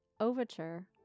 overture